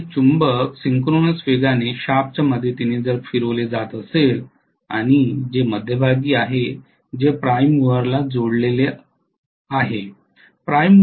तर हे चुंबक सिंक्रोनस वेगाने शाफ्टच्या मदतीने फिरविले जात आहे जे मध्यभागी आहे जे प्राइम मूवरला जोडलेले आहे